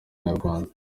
nyarwanda